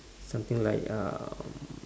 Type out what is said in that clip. something like um